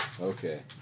Okay